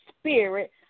Spirit